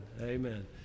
amen